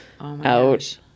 out